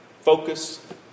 focus